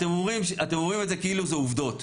אתם אומרים את זה כאילו אלה עובדות.